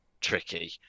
tricky